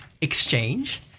exchange